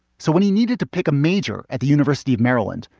so when he needed to pick a major at the university of maryland,